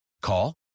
Call